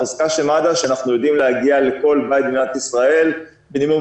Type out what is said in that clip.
שאנחנו יודעים להגיע לכל בית במדינת ישראל במינימום